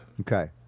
Okay